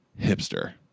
hipster